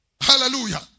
hallelujah